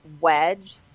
wedge